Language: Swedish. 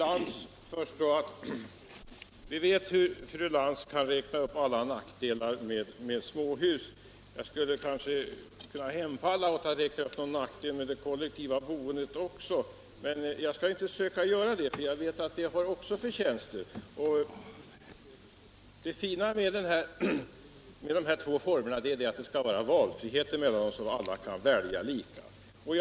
Herr talman! Vi har hört fru Lantz räkna upp alla nackdelar med småhus. Jag skulle kunna hemfalla åt att räkna upp nackdelarna med det kollektiva boendet, men jag skall inte göra det. Jag vet att det kollektiva boendet också har förtjänster. Det fina med att ha två former av boende är att det skall vara valfrihet mellan dem, så att alla skall kunna välja fritt.